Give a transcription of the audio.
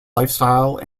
lifestyle